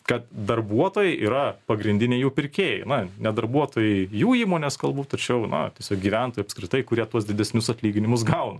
kad darbuotojai yra pagrindiniai jų pirkėjai na ne darbuotojai jų įmonės galbūt tačiau na tiesiog gyventojai apskritai kurie tuos didesnius atlyginimus gauna